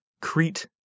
Crete